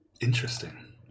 interesting